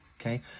okay